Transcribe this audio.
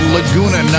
Laguna